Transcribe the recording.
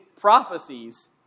prophecies